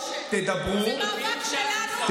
זה מאבק שלנו,